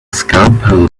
scalpel